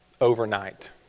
overnight